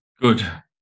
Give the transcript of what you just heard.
Good